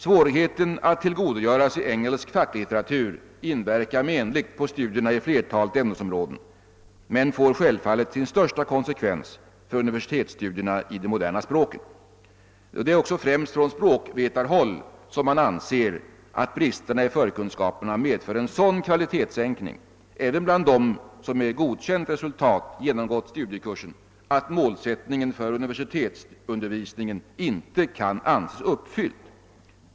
Svårigheten att tillgodogöra sig engelsk facklitteratur inverkar menligt på studierna i flertalet ämnesområden, men får självfallet sin största konsekvens för universitetsstudierna i de moderna språken. Det är också främst från språkvetarhåll som man anser att bristerna i förkunskaperna medför en sådan kvalitetssänkning även bland dem som med godkänt resultat genomgått studiekursen, att målsättningen för universitetsundervisningen inte kan anses uppfylld.